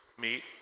meet